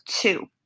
two